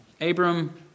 Abram